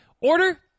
order